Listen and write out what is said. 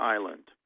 Island